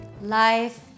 Life